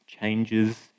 changes